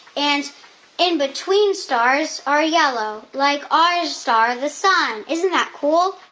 and in-between stars are yellow, like our star, the sun. isn't that cool?